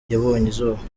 izuba